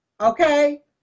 okay